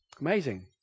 Amazing